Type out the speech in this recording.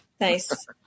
Nice